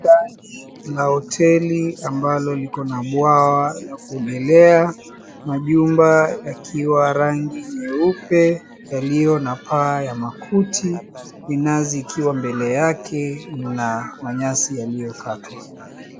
Jumba hili la hoteli ambalo liko na bwawa la kuogelea majumba yakiwa rangi nyeupe yaliyo na paa ya makuti minazi ikiwa mbele yake na manyasi yaliyokatwa.